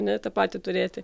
ne tą patį turėti